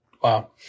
Wow